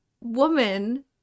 woman